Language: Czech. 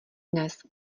dnes